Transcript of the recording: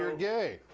and gay.